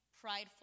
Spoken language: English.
prideful